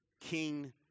King